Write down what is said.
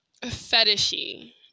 fetishy